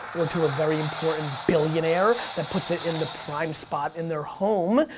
or to a very important billionaire, that puts it in the prime spot in their home,